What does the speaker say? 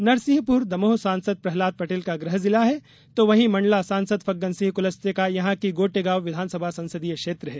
नरसिंहपुर दमोह सांसद प्रहलाद पटेल का गृह जिला है तो वहीं मंडला सांसद फग्गन सिंह कुलस्ते का यहां की गोटेगांव विधानसभा संसदीय क्षेत्र है